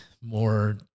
more